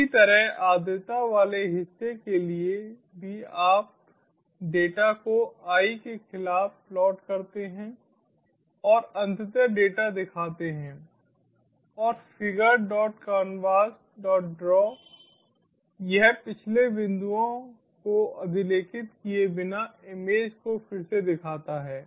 इसी तरह आर्द्रता वाले हिस्से के लिए भी आप डेटा को i के खिलाफ प्लॉट करते हैं और अंततः डेटा दिखाते हैं और figurecanvasdraw यह पिछले बिंदुओं को अधिलेखित किए बिना इमेज को फिर से दिखाता है